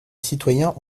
citoyens